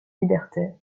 libertaire